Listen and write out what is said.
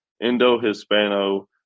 Indo-Hispano